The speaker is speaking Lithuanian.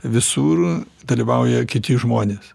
visur dalyvauja kiti žmonės